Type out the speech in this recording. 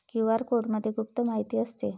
QR कोडमध्ये गुप्त माहिती असते